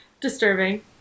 Disturbing